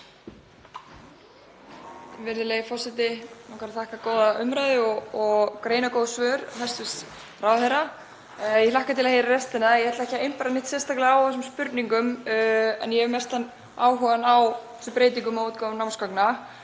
Virðulegi forseti. Mig langar að þakka góða umræðu og greinargóð svör hæstv. ráðherra en ég hlakka til að heyra restina. Ég ætla ekki að impra neitt sérstaklega á þessum spurningum en ég hef mestan áhuga á þessum breytingum á útgáfu námsgagna.